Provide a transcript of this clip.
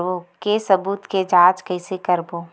के सबूत के जांच कइसे करबो?